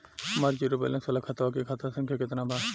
हमार zero balance वाला खतवा के खाता संख्या केतना बा?